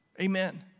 Amen